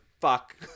Fuck